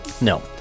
No